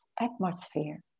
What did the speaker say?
atmosphere